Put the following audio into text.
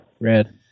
red